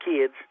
kids